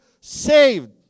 saved